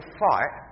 fight